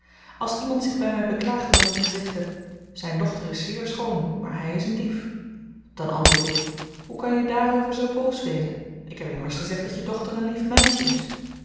als iemand zich by my beklaagt omdat ik gezegd heb zyn dochter is zeer schoon maar hy is een dief dan antwoord ik hoe kan je dààrover zoo boos wezen ik heb immers gezegd dat je dochter een lief meisjen is